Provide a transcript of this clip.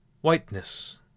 whiteness